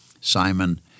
Simon